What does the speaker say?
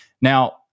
Now